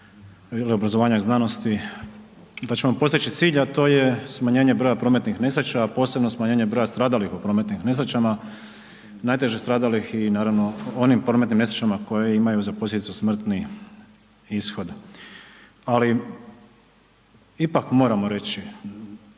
ili obrazovanja i znanosti, da ćemo postići cilj a to je smanjenje broja prometnih nesreća, posebno smanjenje broja stradalih u prometnim nesrećama, naježe stradalih i naravno onim prometnim nesrećama koje imaju za posljedicu smrtni ishod ali ipak moramo reći,